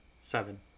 seven